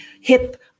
hip